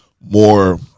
more